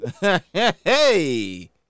Hey